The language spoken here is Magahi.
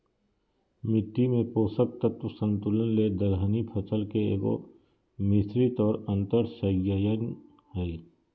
मिट्टी में पोषक तत्व संतुलन ले दलहनी फसल के एगो, मिश्रित और अन्तर्शस्ययन हइ